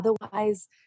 Otherwise